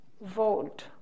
vote